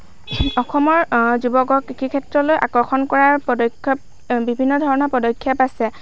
অসমৰ যুৱকক কৃষি ক্ষেত্ৰলৈ আকৰ্ষণ কৰাৰ পদক্ষেপ বিভিন্ন ধৰণৰ পদক্ষেপ আছে